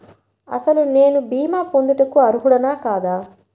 అసలు నేను భీమా పొందుటకు అర్హుడన కాదా?